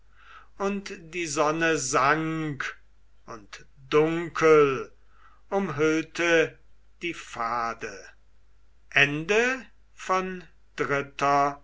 und die sonne sank und dunkel umhüllte die pfade